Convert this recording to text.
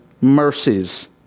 mercies